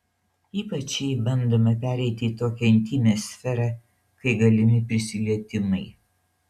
ypač jei bandoma pereiti į tokią intymią sferą kai galimi prisilietimai